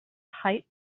height